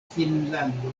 finnlando